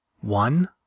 One